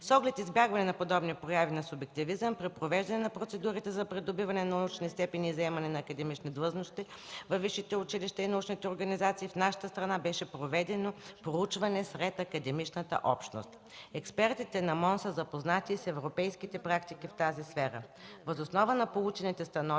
С оглед избягване на подобни прояви на субективизъм при провеждане на процедурите за придобиване на научни степени и заемане на академични длъжности във висшите училища и научните организации, в нашата страна беше проведено проучване сред академичната общност. Експертите на Министерството на образованието и науката са